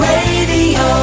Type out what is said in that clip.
Radio